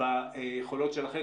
ביכולות שלכם?